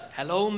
Hello